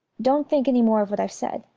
don't think any more of what i've said.